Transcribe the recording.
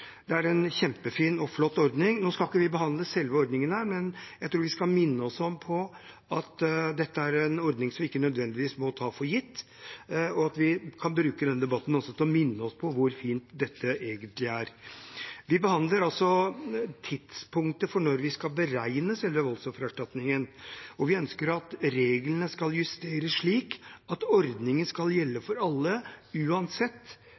Det er en kjempefin og flott ordning. Nå skal vi ikke behandle selve ordningen her, men jeg tror vi skal minne oss på at dette er en ordning som vi ikke nødvendigvis må ta for gitt, at vi også bruker denne debatten til å minne oss på hvor fint dette egentlig er. Vi behandler altså tidspunktet for når vi skal beregne selve voldsoffererstatningen. Vi ønsker at reglene skal justeres slik at ordningen skal gjelde for alle, uansett